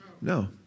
No